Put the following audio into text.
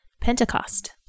Pentecost